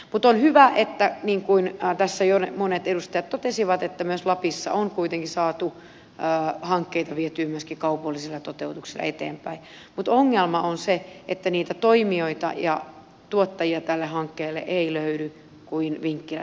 mutta on hyvä niin kuin tässä jo monet edustajat totesivat että myös lapissa on kuitenkin saatu hankkeita vietyä myöskin kaupallisilla toteutuksilla eteenpäin mutta ongelma on se että niitä toimijoita ja tuottajia tälle hankkeelle ei löydy kuin vinkkilästä kissoja